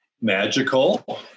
Magical